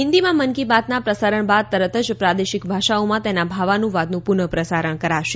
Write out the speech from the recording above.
હિંદીમાં મન કી બાતના પ્રસારણ બાદ તરત જ પ્રાદેશિક ભાષાઓમાં તેના ભાવાનુવાદનું પુનઃપ્રસારણ કરાશે